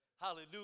Hallelujah